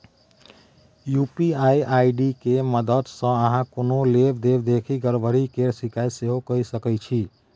UPI ID के मददसँ अहाँ कोनो लेब देब देखि गरबरी केर शिकायत सेहो कए सकै छी